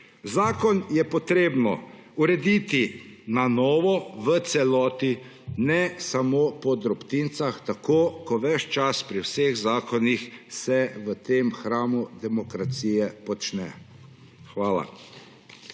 Zakon je potrebno urediti na novo, v celoti, ne samo po drobtinicah, tako kot se ves čas pri vseh zakonih v tem hramu demokracije počne. Hvala.